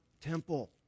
temple